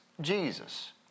Jesus